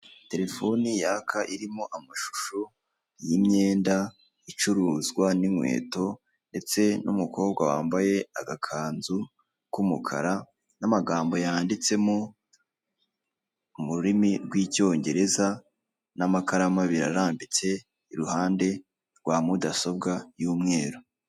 Terefone yaka irimo amashusho y'imyenda icuruzwa ni inkweto ndetse n'umukobwa wambaye agakanzu k'umukara n'amagambo yanditsemo mu rurimi rw'icyongereza n'amakaramu abiri arambitse iruhande rwa mudasobwa y'umweru.